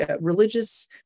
religious